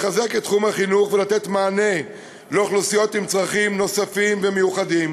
לחזק את תחום החינוך ולתת מענה לאוכלוסיות עם צרכים נוספים ומיוחדים